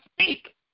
speak